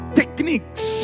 techniques